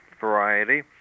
variety